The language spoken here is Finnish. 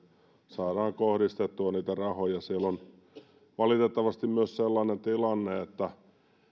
saadaan kohdistettua niitä rahoja siellä on valitettavasti myös sellainen tilanne että